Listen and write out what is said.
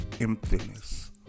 emptiness